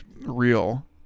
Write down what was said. real